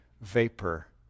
vapor